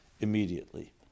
immediately